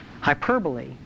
hyperbole